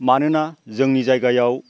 मानोना जोंनि जायगायाव